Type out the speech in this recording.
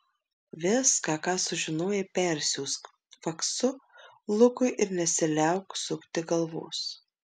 viską ką sužinojai persiųsk faksu lukui ir nesiliauk sukti galvos